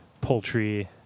poultry